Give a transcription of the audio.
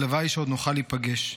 הלוואי שעוד נוכל להיפגש,